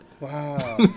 wow